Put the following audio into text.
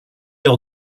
lors